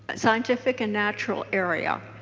scientific and natural area.